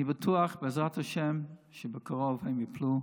אני בטוח שבעזרת השם בקרוב הם ייפלו.